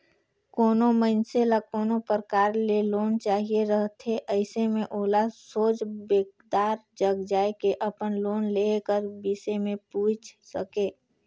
कोनो मइनसे ल कोनो परकार ले लोन चाहिए रहथे अइसे में ओला सोझ बेंकदार जग जाए के अपन लोन लेहे कर बिसे में पूइछ सके